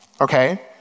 Okay